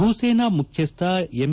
ಭೂ ಸೇನಾ ಮುಖ್ಯಸ್ವ ಎಂ